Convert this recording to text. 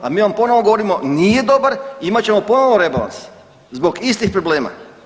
A mi vam ponovo govorimo nije dobar, imat ćemo ponovo rebalans zbog istih problema.